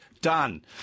Done